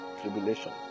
Tribulation